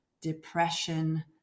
depression